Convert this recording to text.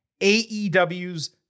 AEW's